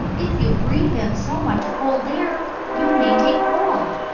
if you breathe in so much cold air, you may take cold.